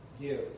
give